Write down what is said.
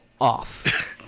off